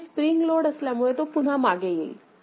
तिथे spring load असल्यामुळे ते पुन्हा मागे येईल